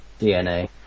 DNA